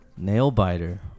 Nail-biter